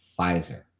Pfizer